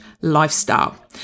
lifestyle